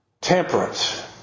Temperance